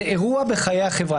זה אירוע חשוב בחיי החברה.